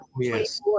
yes